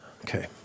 Okay